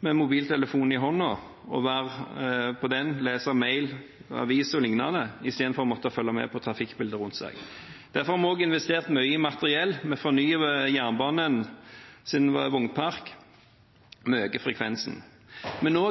Men også når